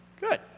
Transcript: Good